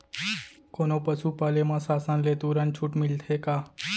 कोनो पसु पाले म शासन ले तुरंत छूट मिलथे का?